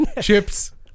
chips